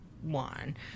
One